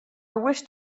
wished